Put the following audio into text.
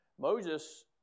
Moses